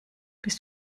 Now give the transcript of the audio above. bist